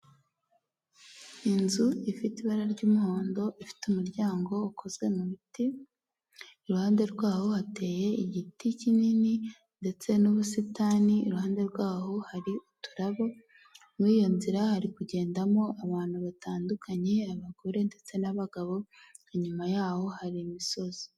Inzu ifite ibara ry'umuhondo ifite umuryango ukozwe m'ibiti iruhande rwaho hateye igiti kinini ndetse n'ubusitani, iruhande rwaho hari uturabo muri iyo nzira hari kugendamo abantu batandukanye, abagore ndetse n'abagabo inyuma yaho hari imisozi.